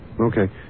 Okay